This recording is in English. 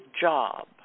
job